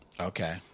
Okay